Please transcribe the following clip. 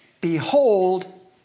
behold